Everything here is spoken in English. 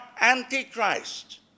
Antichrist